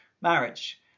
marriage